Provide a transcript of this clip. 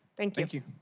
thank thank you.